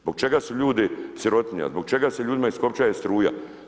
Zbog čega su ljudi sirotinja, zbog čega se ljudima iskopčaje struja?